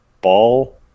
ball